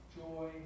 joy